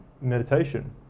meditation